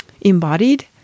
embodied